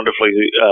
Wonderfully